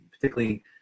particularly